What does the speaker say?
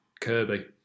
Kirby